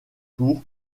tour